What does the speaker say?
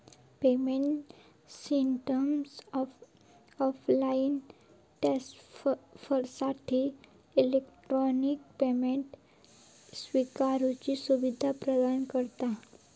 payment system offline ट्रांसफरसाठी electronic payment स्विकारुची सुवीधा प्रदान करता